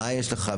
מה יש לך,